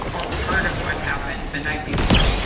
or part of what happened the night before?